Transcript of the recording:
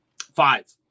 five